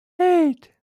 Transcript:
eight